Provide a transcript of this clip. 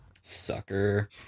sucker